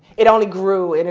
it only grew and